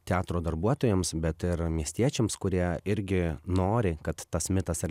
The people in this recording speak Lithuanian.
teatro darbuotojams bet ir miestiečiams kurie irgi nori kad tas mitas ar